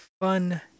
fun